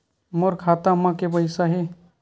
मोर खाता म के पईसा हे?